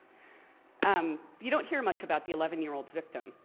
um you don't hear much about the eleven year old victim,